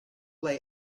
they